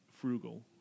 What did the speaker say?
frugal